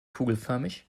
kugelförmig